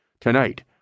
Tonight